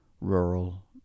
rural